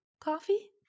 coffee